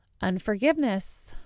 unforgiveness